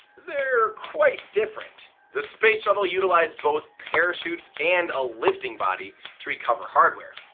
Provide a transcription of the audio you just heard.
they're quite different. the space shuttle utilized both parachutes and a lifting body to recover hardware.